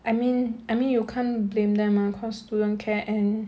I mean I mean you can't blame them uh because student care and